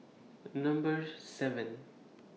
Number seven